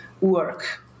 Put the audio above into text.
work